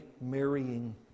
marrying